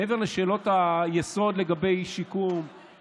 מעבר לשאלות היסוד לגבי שיקום,